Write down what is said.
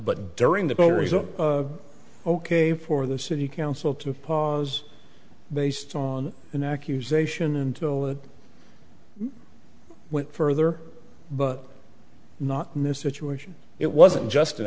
but during the full result ok for the city council to pause based on an accusation until it went further but not in this situation it wasn't just an